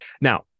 now